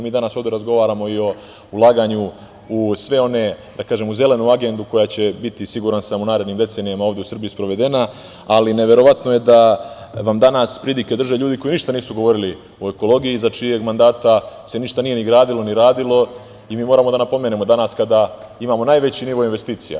Mi danas ovde razgovaramo i o ulaganju u zelenu agendu koja će biti, siguran sam, u narednim decenijama ovde u Srbiji sprovedena, ali neverovatno je da vam danas pridike drže ljudi koji ništa nisu govorili o ekologiji, za čijeg mandata se ništa nije ni gradilo, ni radilo i mi moramo da napomenemo danas kada imamo najveći nivo investicija.